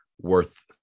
worth